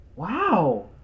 Wow